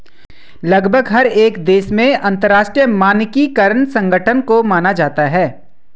लगभग हर एक देश में अंतरराष्ट्रीय मानकीकरण संगठन को माना जाता है